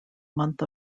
month